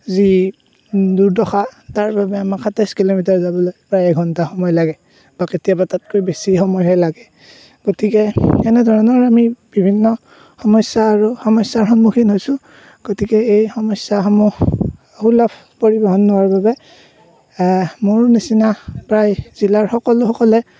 যি দূৰদৰ্শা তাৰবাবে আমাক সাতাইচ কিলোমিটাৰ যাবলৈ প্ৰায় এঘণ্টা সময় লাগে বা কেতিয়াবা তাতকৈ বেছি সময়হে লাগে গতিকে এনেধৰণৰ আমি বিভিন্ন সমস্যাৰ আৰু সমস্যাৰ সন্মুখীন হৈছোঁ গতিকে এই সমস্যাসমূহ সুলভ পৰিৱহন নোহোৱাৰ বাবে মোৰ নিচিনা প্ৰায় জিলাৰ প্ৰায় সকলোসকলে